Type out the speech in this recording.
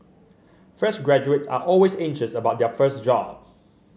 fresh graduates are always anxious about their first job